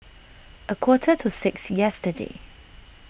a quarter to six yesterday